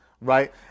right